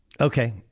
Okay